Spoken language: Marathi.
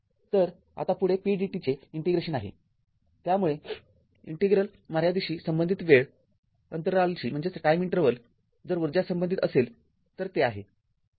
तर आता पुढे pdt चे इंटिग्रेशन आहे त्यामुळे इंटिग्रेल मर्यादेशी संबंधित वेळ अंतरालशी जर ऊर्जा संबंधित असेल तर ते आहे